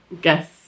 guess